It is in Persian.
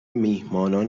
میهمانان